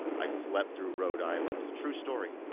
i slept through rhode island. true story.